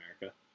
America